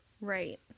right